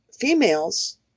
females